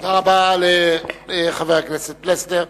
תודה רבה לחבר הכנסת פלסנר.